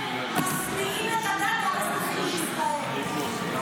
משניאים את הדת על האזרחים בישראל.